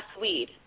weed